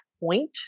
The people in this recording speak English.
point